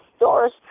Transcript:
Doris